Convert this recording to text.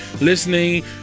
Listening